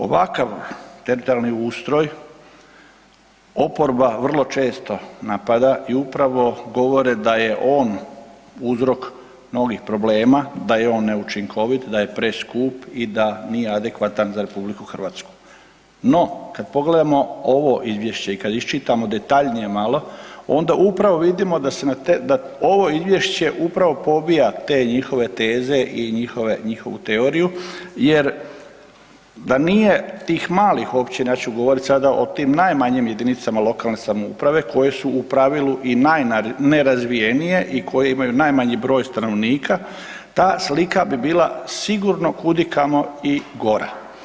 Ovakav teritorijalni ustroj oporba vrlo često napada i upravo govore da je on uzrok mnogih problema, da je on neučinkovit, da je preskup i da nije adekvatan za RH. no, kad pogledamo ovo izvješće i kad iščitamo detaljnije malo, onda upravo vidimo da ovo izvješće upravo pobija te njihove teze i njihovu teoriju jer da nije tih malih općina, ja ću govorit sada o tim najmanjim jedinicama lokalne samouprave koje su u pravilu i najnerazvijenije i koje imaju najmanji broj stanovnika, ta slika bi bila sigurno kudikamo i gore.